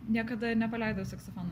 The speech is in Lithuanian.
niekada ir nepaleidau saksofono